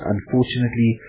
Unfortunately